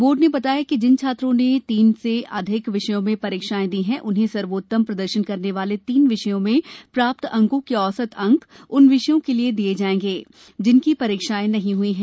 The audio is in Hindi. बोर्ड ने बताया है कि जिन छात्रों ने तीन से अधिक विषयों में परीक्षाएं दी हैं उन्हें सर्वोत्तम प्रदर्शन वाले तीन विषयों में प्राप्त अंकों के औसत अंक उन विषयों के लिए दिए जाएंगे जिनकी परीक्षाएं नहीं हुई हैं